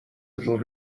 little